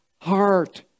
heart